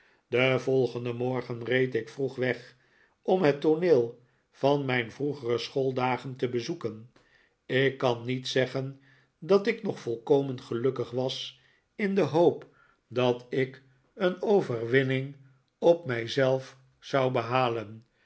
den volgenden morgen reed ik vroeg weg om het tooneel van mijn vroegere schooldagen te bezoeken ik kan niet zeggen dat ik nog volkomen gelukkig was in de hoop dat ik een overwinning op mij zelf zou behalen